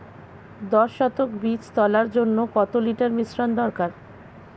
দশ শতক বীজ তলার জন্য কত লিটার মিশ্রন দরকার?